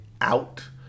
out